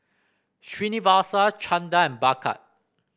Srinivasa Chanda and Bhagat